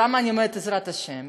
למה אני אומרת "בעזרת השם"?